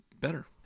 better